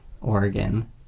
Oregon